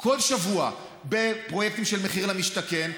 כל שבוע בפרויקטים של מחיר למשתכן.